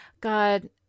God